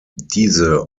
diese